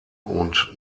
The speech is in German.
und